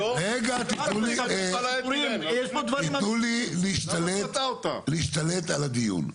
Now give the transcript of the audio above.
תנו לי להשתלט על הדיון.